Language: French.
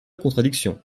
contradiction